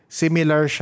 similar